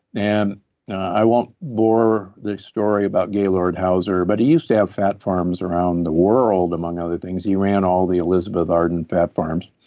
and i won't bore the story about gaylord houser, but he used to have fat farms around the world among other things he ran all the elizabeth arden fat farms.